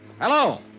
Hello